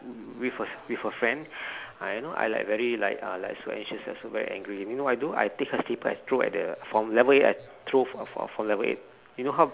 with hers with her friend and I know I like very uh so anxious and so very angry then you know what I do I take her slipper throw at the from level eight I throw f~ f~ from level eight you know how